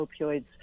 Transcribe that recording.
opioids